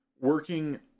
working